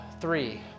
Three